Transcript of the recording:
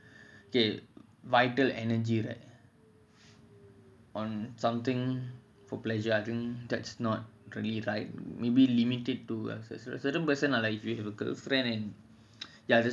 okay vital energy right on something for pleasure I think that's not very right maybe limit it to a certain person lah like if you have a girlfriend and